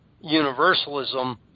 universalism